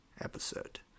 episode